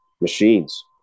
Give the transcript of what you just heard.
machines